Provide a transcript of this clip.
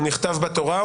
הוא נכתב בתורה,